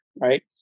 right